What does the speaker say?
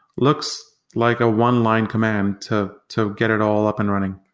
looks like a one line command to to get it all up and running.